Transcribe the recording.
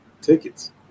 tickets